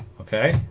okay